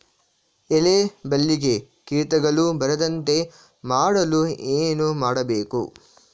ಎಲೆ ಬಳ್ಳಿಗೆ ಕೀಟಗಳು ಬರದಂತೆ ಮಾಡಲು ಏನು ಮಾಡಬೇಕು?